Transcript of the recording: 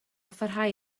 pharhau